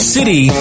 City